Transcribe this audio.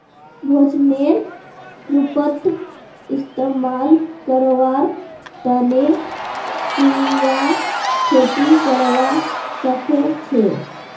भोजनेर रूपत इस्तमाल करवार तने कीरा खेती करवा सख छे